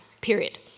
period